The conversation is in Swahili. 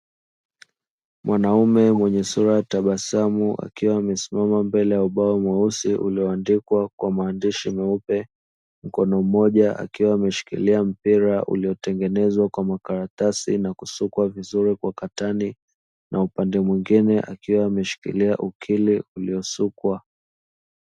Mwanaume mwenye sura ya tabasamu akiwa amesimama mbele ya ubao mweusi ulioandikwa kwa maandishi meupe, mkono mmoja akiwa ameshikilia mpira uliotengenezwa kwa makaratasi na kusukwa vizuri kwa katani na upande mwingine akiwa ameshikilia ukili uliosukwa.